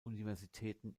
universitäten